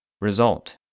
Result